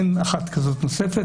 אין אחת כזאת נוספת.